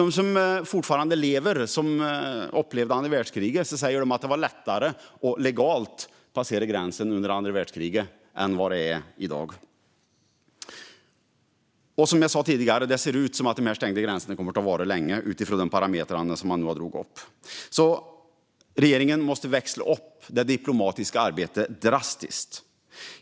De som upplevde andra världskriget och fortfarande lever säger att det var lättare att passera gränsen legalt under kriget än vad det är i dag. Som jag sa tidigare ser det ut som att de stängda gränserna kommer att vara länge utifrån de parametrar som man drog upp. Regeringen måste växla upp det diplomatiska arbetet drastiskt.